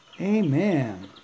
Amen